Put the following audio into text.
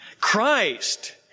Christ